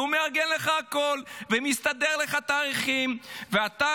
והוא מארגן לך הכול והתאריכים מסתדרים לך.